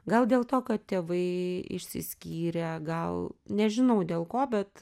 gal dėl to kad tėvai išsiskyrę gal nežinau dėl ko bet